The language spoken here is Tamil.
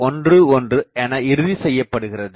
11 என இறுதிசெய்யப்படுகிறது